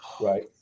Right